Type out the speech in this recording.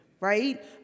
Right